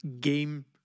game